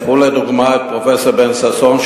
קחו לדוגמה את פרופסור בן-ששון,